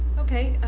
ok.